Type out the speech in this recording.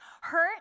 hurt